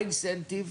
מה ה-incentive?